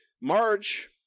Marge